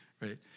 right